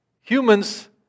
humans